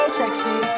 sexy